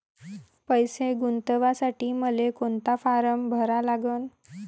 पैसे गुंतवासाठी मले कोंता फारम भरा लागन?